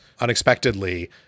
unexpectedly